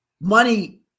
money